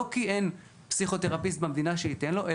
לא כי אין פסיכותרפיסט במדינה שייתן לו טיפול,